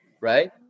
right